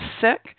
sick